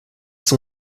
son